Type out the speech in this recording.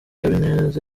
habineza